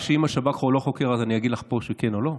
שאם השב"כ לא חוקר אז אני אגיד לך פה שכן או לא?